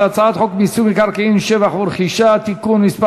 הצעת חוק מיסוי מקרקעין (שבח ורכישה) (תיקון מס'